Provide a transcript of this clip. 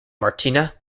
martina